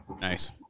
Nice